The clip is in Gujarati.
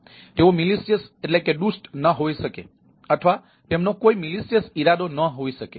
તેથી તેઓ દુષ્ટ ન હોઈ શકે અથવા તેમનો કોઈ દુષ્ટ ઈરાદો ન હોઈ શકે